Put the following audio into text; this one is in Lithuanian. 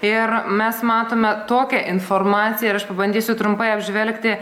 ir mes matome tokią informaciją ir aš pabandysiu trumpai apžvelgti